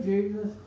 Jesus